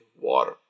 water